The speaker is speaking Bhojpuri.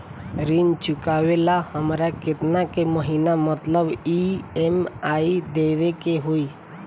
ऋण चुकावेला हमरा केतना के महीना मतलब ई.एम.आई देवे के होई?